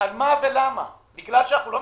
פה היינו לא בסדר ופה צריך לתקן?